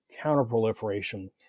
counter-proliferation